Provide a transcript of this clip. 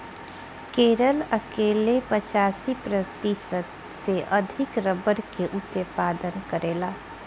केरल अकेले पचासी प्रतिशत से अधिक रबड़ के उत्पादन करेला